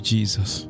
Jesus